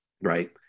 right